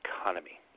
economy